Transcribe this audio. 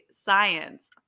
Science